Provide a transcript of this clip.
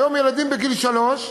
היום ילדים בגיל שלוש,